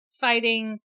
fighting